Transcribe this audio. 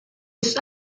ist